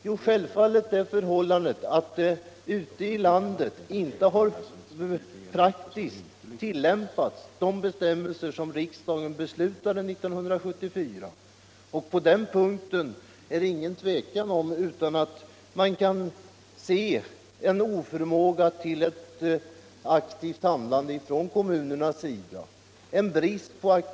Jo, självfallet det förhållandet att man ute i landet inte har praktiskt tillämpat de bestämmelser som riksdagen beslutade 1974. Det är inget tvivel om att det här rör sig om oförmåga till aktivt handlande från kommunernas sida.